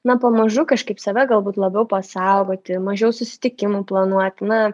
na pamažu kažkaip save galbūt labiau pasaugoti mažiau susitikimų planuoti na